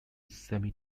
semi